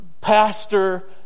pastor